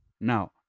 Now